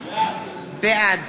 בעד